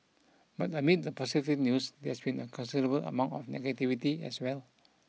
but amid the positive news there's been a considerable amount of negativity as well